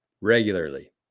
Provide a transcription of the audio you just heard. regularly